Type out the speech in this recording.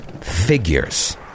figures